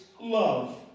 love